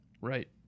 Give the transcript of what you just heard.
Right